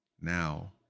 now